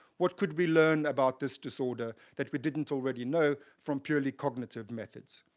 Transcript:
what could we learn about this disorder that we didn't already know from purely cognitive methods.